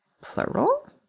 Plural